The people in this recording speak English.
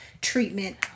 treatment